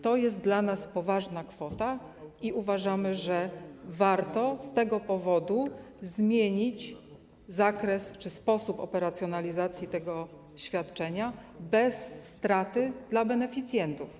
To jest dla nas poważna kwota i uważamy, że warto z tego powodu zmienić zakres czy sposób operacjonalizacji tego świadczenia bez straty dla beneficjentów.